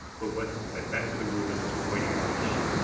but what the effect of the rule is to avoid animation.